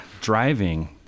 driving